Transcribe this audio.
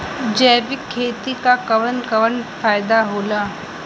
जैविक खेती क कवन कवन फायदा होला?